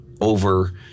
over